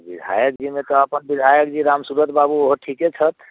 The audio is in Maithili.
विधायक जीमे तऽ अपन विधायकजी रामसुवोध बाबू ओहो ठीके छथि